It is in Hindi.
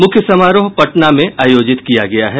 मुख्य समारोह पटना में आयोजित किया गया है